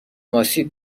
آسیب